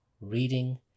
reading